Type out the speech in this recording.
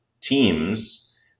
teams